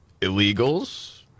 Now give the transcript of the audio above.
illegals